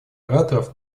ораторов